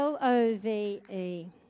L-O-V-E